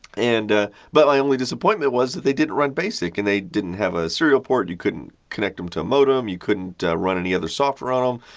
and but, my only disappointment was that they didn't run basic. and they didn't have a serial port, you couldn't connect them to a modem, you couldn't run any other software on um